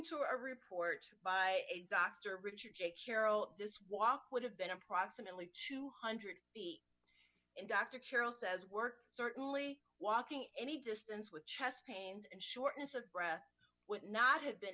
to a report by dr richard j carroll this walk would have been approximately two hundred and dr carroll says work certainly walking any distance with chest pains and shortness of breath would not have been